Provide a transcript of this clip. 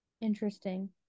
Interesting